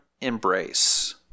embrace